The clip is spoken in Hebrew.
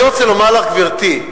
אני רוצה לומר לך, גברתי,